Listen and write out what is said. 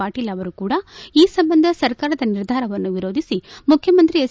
ಪಾಟೀಲ್ ಅವರು ಕೂಡ ಈ ಸಂಬಂಧ ಸರ್ಕಾರದ ನಿರ್ಧಾರವನ್ನು ವಿರೋಧಿಸಿ ಮುಖ್ಯಮಂತ್ರಿ ಹೆಚ್